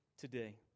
Today